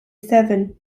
seven